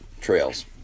trails